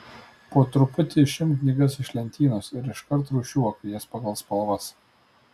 po truputį išimk knygas iš lentynos ir iškart rūšiuok jas pagal spalvas